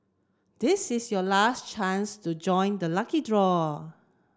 this is your last chance to join the lucky draw